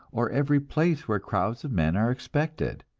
or every place where crowds of men are expected.